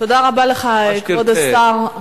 תודה רבה לך, כבוד השר.